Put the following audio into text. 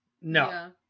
No